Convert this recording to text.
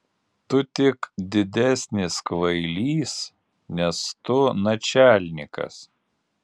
tu tik didesnis kvailys nes tu načialnikas